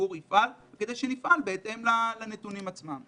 שהציבור יפעל וכדי שנפעל בהתאם לנתונים עצמם.